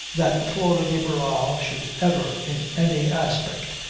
that flora de barral should ever, in any aspect,